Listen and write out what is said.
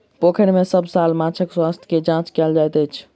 पोखैर में सभ साल माँछक स्वास्थ्य के जांच कएल जाइत अछि